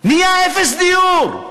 נהיה אפס דיור.